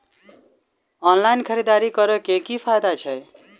Online खरीददारी करै केँ की फायदा छै?